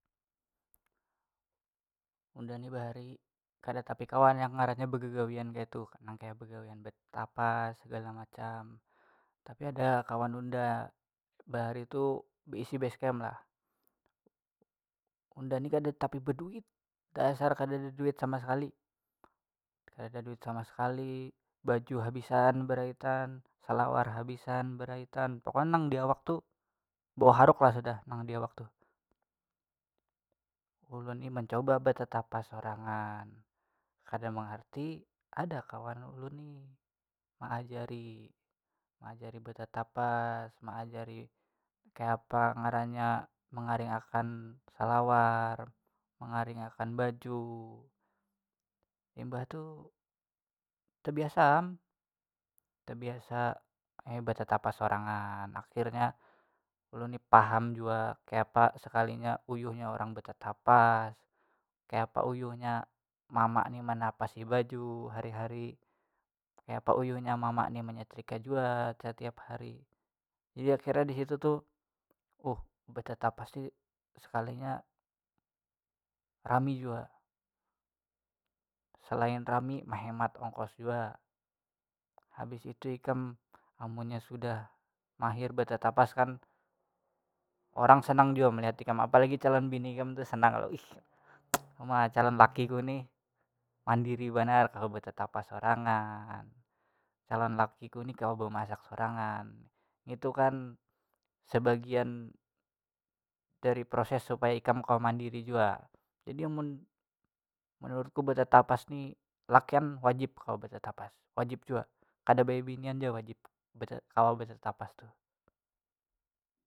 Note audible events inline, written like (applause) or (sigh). Unda nih bahari kada tapi kawa yang ngarannya begegawian kaitu nang kaya begawian betetapas segala macam tapi ada kawan unda bahari tuh baisi basecamp lah unda ni kada tapi baduit dasar kadada duit sama sekali kadada duit sama sekali baju habisan beraitan selawar habisan beraitan pokoknya nang diawak tu bau haruk lah sudah nang diawak tuh ulun ni mancoba betetapas sorangan kada mangarti ada kawan ulun nih meajari meajari betetapas meajari kayapa ngarannya mengaring akan selawar mengaring akan baju imbah tu tebiasa am tebiasa betetapas sorangan akhirnya ulun paham jua kayapa sekalinya uyuhnya orang betetapas kayapa uyuhnya mama nih menapasi baju hari hari kayapa uyuhnya mama nih menyetrika jua tetiap hari jadi akhirnya di situ tuh uh betetapas nih sekalinya rami jua selain rami mehemat ongkos jua habis itu ikam amunnya sudah mahir betetapas kan orang senang jua meliat ikam apalagi calon bini kam tuh senang (noise) uma calon laki ku nih mandiri banar kawa betetapas sorangan calon laki ku nih kawa bemasak sorangan ngitu kan sebagian dari proses supaya ikam kawa mandiri jua jadi amun menurutku betetapas nih lakian wajib kawa betetapas wajib jua kada baya binian ja wajib kawa betetapas tuh.